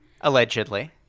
Allegedly